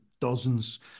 dozens